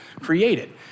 created